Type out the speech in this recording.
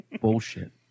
Bullshit